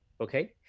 okay